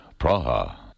Praha